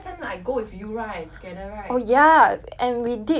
oh ya and we did and we went with two other friends